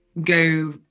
go